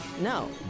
No